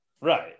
Right